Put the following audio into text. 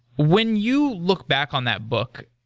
when you look back on that book,